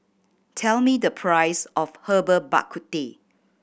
tell me the price of Herbal Bak Ku Teh